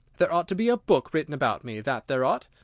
there ought to be a book written about me, that there ought!